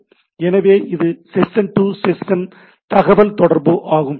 எனவே இது session to session தகவல்தொடர்பு ஆகும்